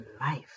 Life